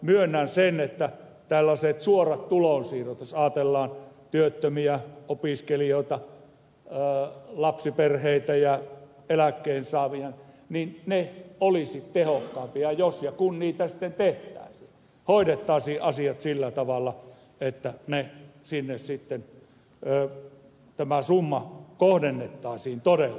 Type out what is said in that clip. myönnän sen että tällaiset suorat tulonsiirrot jos ajatellaan työttömiä opiskelijoita lapsiperheitä ja eläkkeensaajia olisivat tehokkaampia jos ja kun niitä sitten tehtäisiin hoidettaisiin asiat sillä tavalla että tämä summa sinne kohdennettaisiin todella